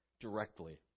directly